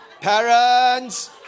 Parents